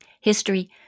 History